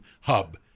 hub